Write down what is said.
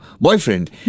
boyfriend